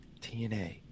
TNA